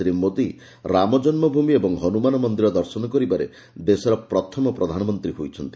ଶ୍ରୀ ମୋଦି ରାମଜନ୍ମଭୂମି ଓ ହନୁମାନ ମନ୍ଦିର ଦର୍ଶନ କରିବାରେ ଦେଶର ପ୍ରଥମ ପ୍ରଧାନମନ୍ତ୍ରୀ ହୋଇଛନ୍ତି